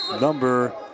number